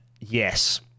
Yes